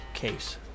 case